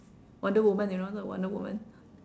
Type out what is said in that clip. wonder woman you know the wonder woman